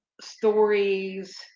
stories